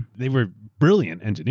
they were brilliant engineers.